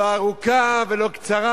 לא ארוכה ולא קצרה,